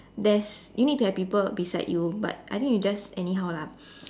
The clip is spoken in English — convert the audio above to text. there's you need to have people beside you but I think you just anyhow lah